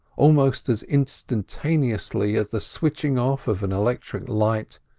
almost as instantaneously as the switching off of an electric light,